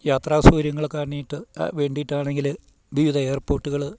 യാത്രാ സൗകര്യങ്ങൾ വേണ്ടിയിട്ടാണെങ്കിൽ വിവിധ എയർപോട്ടുകൾ